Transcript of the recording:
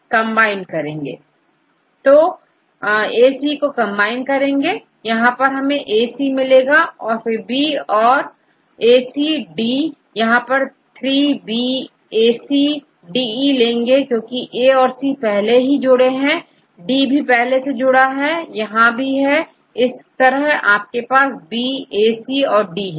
छात्र कंबाइन तो हमAC को कंबाइन करेंगे यहां पर आपAC लेंगे यहां परB और AC D यहां पर 3 B AC और DE लेंगे क्योंकि A और C पहले ही जुड़े हैं D भी पहले से जुड़ा है यहां भी है इस तरह आपके पास बी AC और D है